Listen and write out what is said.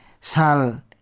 sal